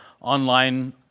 online